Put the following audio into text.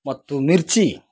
ಮತ್ತು ಮಿರ್ಚಿ